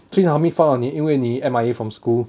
jun hao need file on 你因为你 M_I_A from school